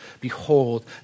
Behold